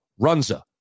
Runza